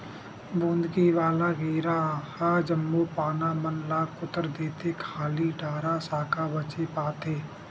बुंदकी वाला कीरा ह जम्मो पाना मन ल कुतर देथे खाली डारा साखा बचे पाथे